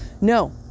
No